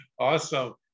Awesome